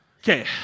Okay